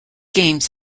games